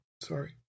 Sorry